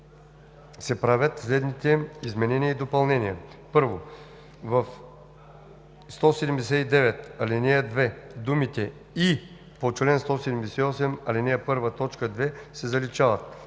се правят следните изменения и допълнения: 1. В чл. 179, ал. 2 думите „и по чл. 178, ал. 1, т. 2“ се заличават.